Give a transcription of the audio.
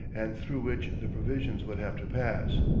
and through which the provisions would have to pass.